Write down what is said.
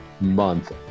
month